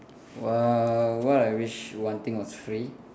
!wow! what I wish one thing was free